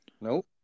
Nope